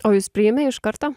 o jus priėmė iš karto